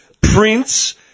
Prince